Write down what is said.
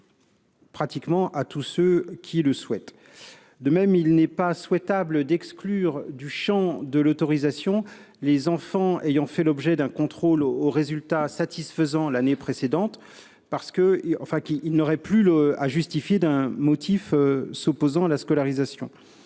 famille à tous ceux qui le souhaitent. De même, il n'est pas souhaitable de sortir du champ de l'autorisation les enfants ayant fait l'objet d'un contrôle au résultat satisfaisant l'année précédente, car, dès lors, il n'y aurait plus à justifier d'un motif s'opposant à la scolarisation.